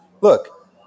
look